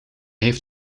heeft